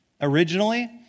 originally